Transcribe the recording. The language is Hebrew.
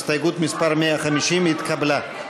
הסתייגות מס' 150 התקבלה.